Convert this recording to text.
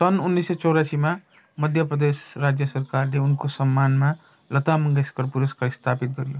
सन् उन्नाइस सय चौरासीमा मध्य प्रदेश राज्य सरकारले उनको सम्मानमा लता मङ्गेसकर पुरस्कार स्थापित गरियो